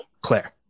Claire